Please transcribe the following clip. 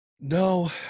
No